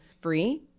free